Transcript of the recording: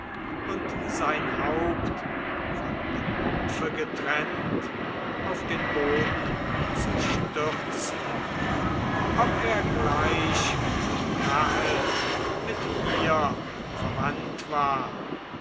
und sein haupt von dem rumpfe getrennt auf den boden zu stürzen ob er gleich nahe mit mir verwandt war